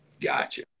Gotcha